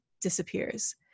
disappears